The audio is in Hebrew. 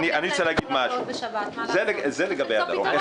מה לעשות, צריך למצוא פתרון.